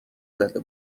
زده